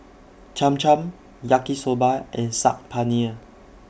Cham Cham Yaki Soba and Saag Paneer